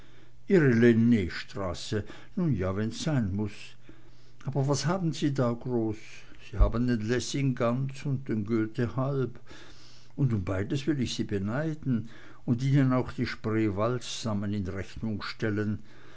ihre lennstraße nun ja wenn's sein muß aber was haben sie da groß sie haben den lessing ganz und den goethe halb und um beides will ich sie beneiden und ihnen auch die spreewaldsammen in rechnung stellen